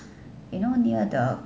you know near the